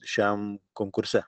šiam konkurse